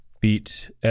beat